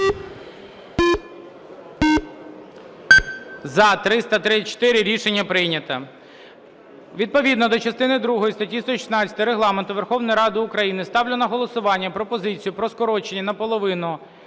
За-334 Рішення прийнято. Відповідно до частини другої статті 116 Регламенту Верховної Ради України ставлю на голосування пропозицію про скорочення наполовину